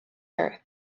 earth